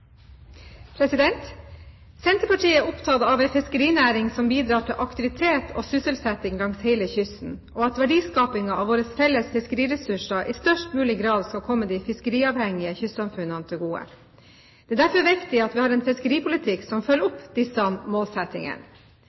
opptatt av en fiskerinæring som bidrar til aktivitet og sysselsetting langs hele kysten, og at verdiskapingen av våre felles fiskeriressurser i størst mulig grad skal komme de fiskeriavhengige kystsamfunnene til gode. Det er derfor viktig at vi har en fiskeripolitikk som følger opp disse målsettingene.